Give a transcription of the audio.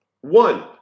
One